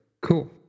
cool